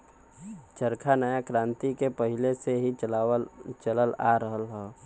चरखा नया क्रांति के पहिले से ही चलल आ रहल हौ